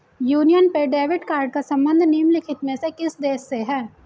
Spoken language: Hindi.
यूनियन पे डेबिट कार्ड का संबंध निम्नलिखित में से किस देश से है?